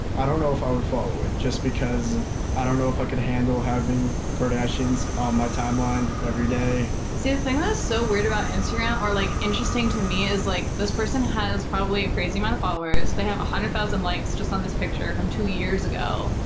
i don't know if i would follow it just because i don't know if i could handle having the kardashians on my timeline every day. see, the thing that's so weird about instagram or like interesting to me is like this person has probably a crazy amount of followers, they have one hundred thousand likes just on this picture from two years ago,